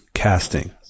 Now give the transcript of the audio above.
Casting